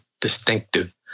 distinctive